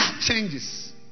changes